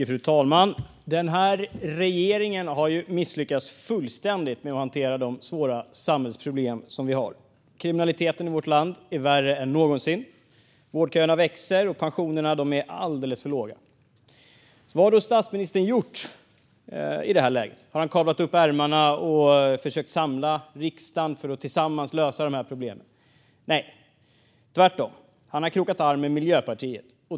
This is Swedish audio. Fru talman! De här regeringen har fullständigt misslyckats med att hantera de svåra samhällsproblem som vi har. Kriminaliteten i vårt land är värre än någonsin. Vårdköerna växer, och pensionerna är alldeles för låga. Vad har då statsministern gjort i det här läget? Har han kavlat upp ärmarna och försökt att samla riksdagen för att tillsammans lösa problemen? Nej. Tvärtom har han krokat arm med Miljöpartiet.